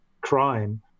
crime